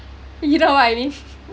you know what I mean